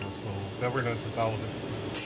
so so governance is always important.